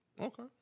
Okay